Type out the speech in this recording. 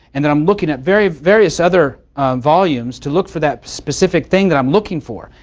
and then i'm looking at various various other volumes, to look for that specific thing that i'm looking for,